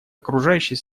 окружающей